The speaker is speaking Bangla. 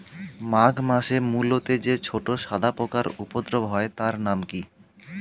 মাঘ মাসে মূলোতে যে ছোট সাদা পোকার উপদ্রব হয় তার নাম কি?